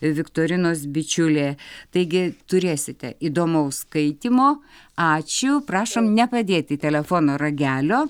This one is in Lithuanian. viktorinos bičiulė taigi turėsite įdomaus skaitymo ačiū prašom nepadėti telefono ragelio